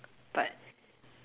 but